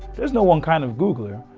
there's no one kind of googler,